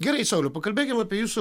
gerai sauliau pakalbėkim apie jūsų